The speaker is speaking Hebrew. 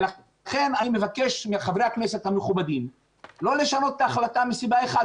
לכן אני מבקש מחברי הכנסת המכובדים לא לשנות את ההחלטה מסיבה אחת,